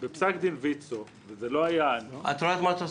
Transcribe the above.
בפסק דין ויצו --- את רואה מה את עושה?